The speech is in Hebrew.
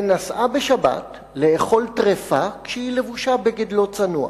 ונסעה בשבת לאכול טרפה כשהיא לבושה בגד לא צנוע.